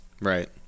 Right